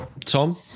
Tom